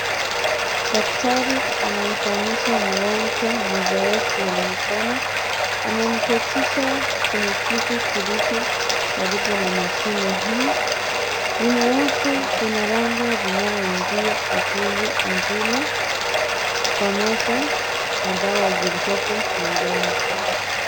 Daktari anamfanyisna mgonjwa mazoezi ya mikono ,amwmketisha kwenye kiti kilicho alipo na mashine hii. Nyuma yake kuna lango linaloingia ofisi ingine pamoja na dawa ziliopo mezani.